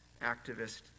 activist